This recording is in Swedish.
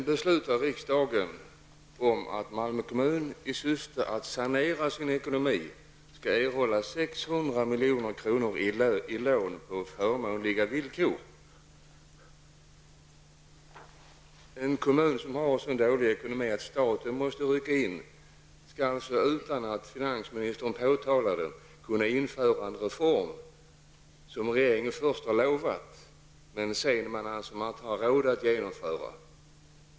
Riksdagen har senare beslutat att Malmö kommun för att kunna sanera sin ekonomi skall erhålla 600 milj.kr. i lån på förmånliga villkor. En kommun som har en så dålig ekonomi att staten måste rycka in skall alltså utan att finansministern påtalar det kunna genomföra en reform som regeringspartiet först har utlovat, men sedan inte har haft råd att genomföra.